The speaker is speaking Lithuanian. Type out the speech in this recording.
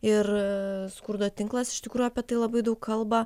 ir skurdo tinklas iš tikrųjų apie tai labai daug kalba